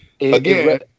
Again